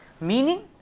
Meaning